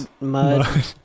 mud